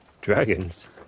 dragons